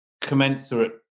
commensurate